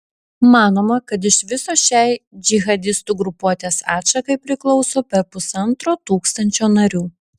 manoma kad iš viso šiai džihadistų grupuotės atšakai priklauso per pusantro tūkstančio narių